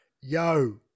Yo